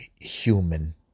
human